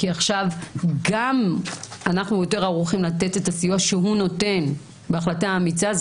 כי עכשיו גם אנחנו יותר ערוכים לתת את הסיוע שהוא נותן בהחלטה אמיצה.